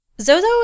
zozo